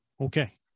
Okay